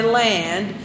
land